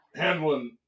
handling